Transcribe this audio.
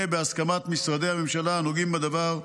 בהסכמת משרדי הממשלה הנוגעים בדבר,